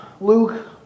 Luke